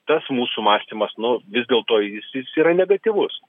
tas mūsų mąstymas nu vis dėlto jis jis yra negatyvus